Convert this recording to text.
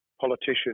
politician